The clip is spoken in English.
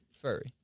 Furry